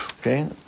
okay